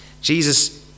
Jesus